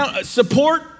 Support